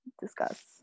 discuss